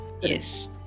Yes